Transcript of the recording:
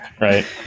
Right